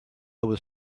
was